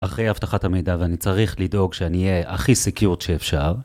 אחרי אבטחת המידע ואני צריך לדאוג שאני אהיה הכי סקיורט שאפשר.